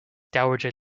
dowager